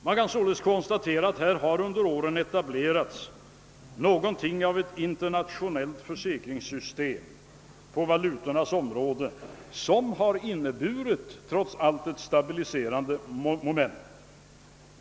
Vi kan således konstatera att det under åren har etablerats något av ett internationellt försäkringssystem på valutaområdet, och det har trots allt inneburit ett stabiliserande moment.